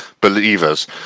believers